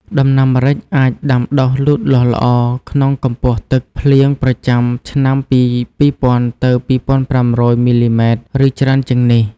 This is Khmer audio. ដំណាំម្រេចអាចដាំដុះលូតលាស់ល្អ ក្នុងកម្ពស់ទឹកភ្លៀងប្រចាំឆ្នាំពី ២០០០ ទៅ ២៥០០ មីលីម៉ែត្រ ឬច្រើនជាងនេះ។